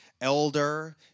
elder